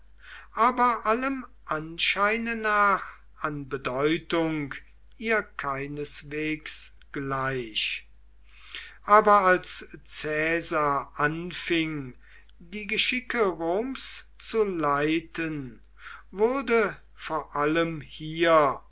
aber allem anscheine nach an bedeutung ihr keineswegs gleich aber als caesar anfing die geschicke roms zu leiten wurde vor allem hier